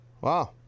Wow